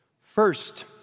First